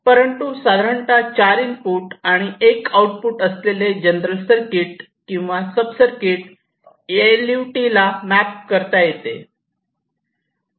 परंतु साधारणतः चार इनपुट आणि एक आऊटपुट असलेले जनरल सर्किट किंवा sub circuit L U T ला मॅप करता येते